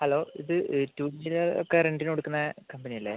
hello ഇത് two wheeler ഒക്കെ റെൻറ്റിന് കൊടുക്കുന്ന കമ്പനി അല്ലേ